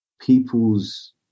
people's